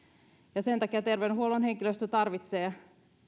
ja sen takia terveydenhuollon henkilöstö tarvitsee